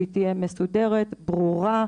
שהיא תהיה מסודרת וברורה,